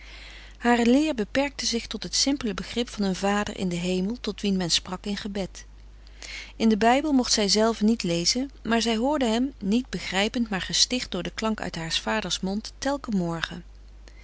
hare leer beperkte zich tot het simpele begrip van een vader in den hemel tot wien men sprak in gebed in den bijbel mocht zij zelve niet lezen maar zij hoorde hem niet begrijpend maar gesticht door den klank uit haars vaders mond telken morgen